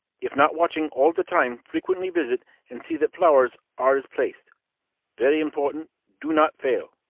if not watching all the time frequently, visit and see that flowers are as placed very important do not fail.